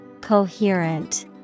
Coherent